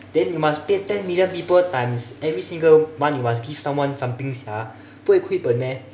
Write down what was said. then you must pay ten million people times every single one you must give someone something sia 不会亏本 meh